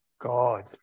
God